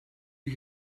you